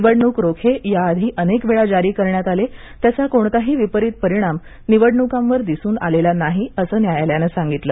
निवडणूक रोखे याआधी अनेक वेळा जारी करण्यात आले त्याचा कोणताही विपरीत परिणाम निवडणुकांवर दिसून आलेला नाही असं न्यायालयानं सांगितलं